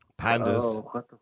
Pandas